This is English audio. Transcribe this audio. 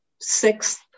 sixth